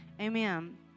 Amen